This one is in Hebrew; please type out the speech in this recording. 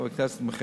חבר הכנסת מיכאלי,